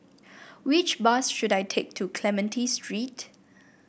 which bus should I take to Clementi Street